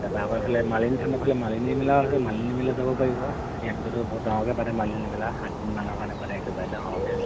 তাপা আকৌ এইফালে মালিনী থানৰ মালিনী মেলা হৈ আছে মালিনী মেলাত যাব পাৰিব ইয়াতটোত বহুত ডাঙৰকে পাতে মালিনী মেলা সাতদিনমানৰ কাৰণে পাৰে একেবাৰে ডাঙৰকে